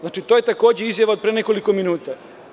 Znači, to je takođe izjava od pre nekoliko minuta.